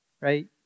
right